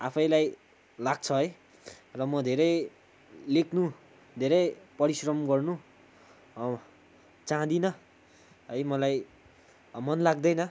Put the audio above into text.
आफैलाई लाग्छ है र म धेरै लेख्नु धेरै परिश्रम गर्नु चहाँदिनँ है मलाई मन लाग्दैन